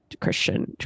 christian